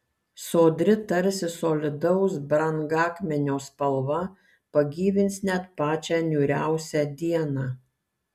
sodri tarsi solidaus brangakmenio spalva pagyvins net pačią niūriausią dieną